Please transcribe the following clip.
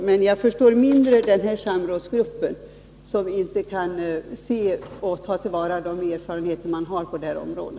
Men jag förstår mindre samrådsgruppen, som inte kan ta till vara de erfarenheter som finns på detta område.